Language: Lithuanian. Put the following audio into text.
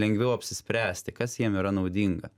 lengviau apsispręsti kas jam yra naudinga